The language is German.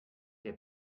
der